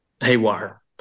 haywire